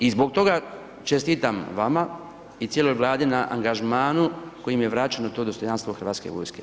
I zbog toga čestitam vama i cijeloj Vladi na angažmanu kojim je vraćeno to dostojanstvo hrvatske vojske.